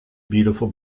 beautiful